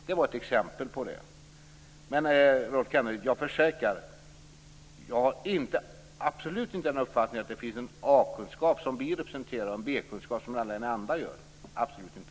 Men, Rolf Kenneryd, jag försäkrar att jag inte är av den uppfattningen att det finns en A-kunskap som vi representerar och en B-kunskap som alla andra representerar, absolut inte.